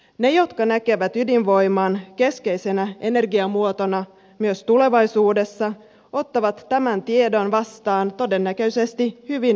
ne jotka näkevät ydinvoiman keskeisenä energiamuotona myös tulevaisuudessa ottavat tämän tiedon vastaan todennäköisesti hyvin myönteisesti